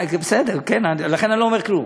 בסדר, כן, לכן אני לא אומר כלום.